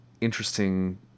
interesting